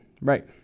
Right